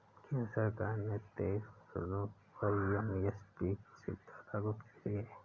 केंद्र सरकार ने तेईस फसलों पर एम.एस.पी की सुविधा लागू की हुई है